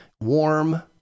warm